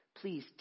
please